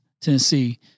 Tennessee